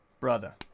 brother